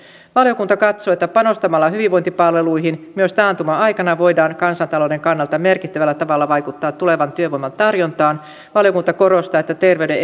valiokunta katsoo että panostamalla hyvinvointipalveluihin myös taantuman aikana voidaan kansantalouden kannalta merkittävällä tavalla vaikuttaa tulevan työvoiman tarjontaan valiokunta korostaa että terveyden